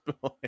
boy